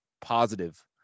positive